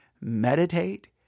Meditate